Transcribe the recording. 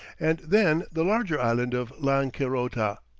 and then the larger island of lancerota,